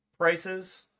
prices